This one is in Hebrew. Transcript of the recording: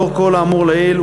לאור כל האמור לעיל,